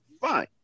Fine